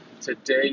Today